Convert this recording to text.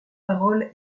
paroles